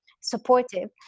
supportive